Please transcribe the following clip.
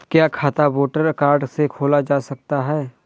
क्या खाता voter card से खोला जा सकता है?